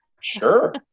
sure